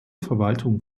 verwaltung